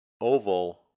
oval